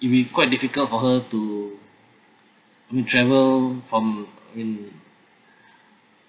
it'll be quite difficult for her to I mean travel from I mean